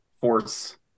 force